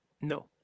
No